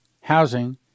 housing